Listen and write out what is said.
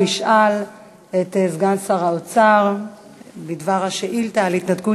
הוא ישאל את סגן שר האוצר את השאילתה על ההתנתקות